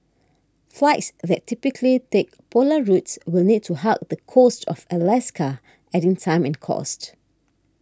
flights that typically take polar routes will need to hug the coast of Alaska adding time and cost